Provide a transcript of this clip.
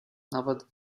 nawet